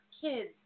kids